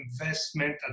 investment